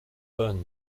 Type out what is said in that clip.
bonnes